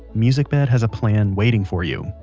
musicbed has a plan waiting for you.